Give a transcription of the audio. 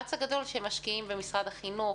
שהמאמץ הגדול שמשקיעים במשרד החינוך,